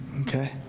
Okay